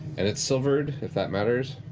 and it's silvered, if that matters.